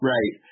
Right